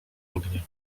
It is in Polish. ognia